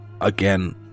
again